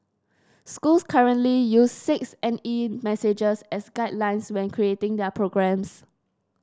schools currently use six N E messages as guidelines when creating their programmes